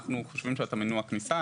אנחנו חושבים שאתה מנוע כניסה,